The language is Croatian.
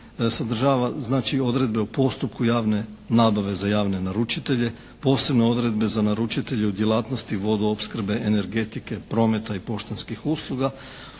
Sadržava znači odredbe o postupku javne nabave za javne naručitelje, posebno odredbe za naručitelje u djelatnosti vodoopskrbe, energetike, prometa i poštanskih usluga,